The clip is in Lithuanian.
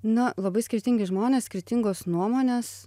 na labai skirtingi žmonės skirtingos nuomonės